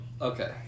Okay